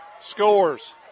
scores